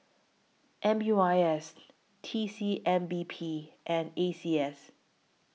M U I S T C M B P and A C S